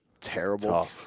terrible